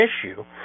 issue